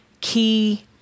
key